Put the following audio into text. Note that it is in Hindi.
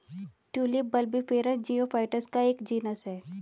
ट्यूलिप बल्बिफेरस जियोफाइट्स का एक जीनस है